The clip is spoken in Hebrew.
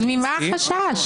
אז ממה החשש?